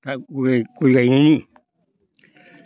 आं गय गायनायनि